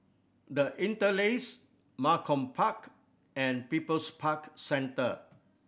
The Interlace Malcolm Park and People's Park Centre